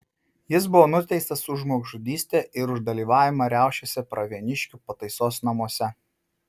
jis buvo nuteistas už žmogžudystę ir už dalyvavimą riaušėse pravieniškių pataisos namuose